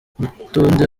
urutonde